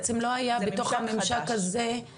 בעצם לא היה בתוך הממשק הזה את המידע.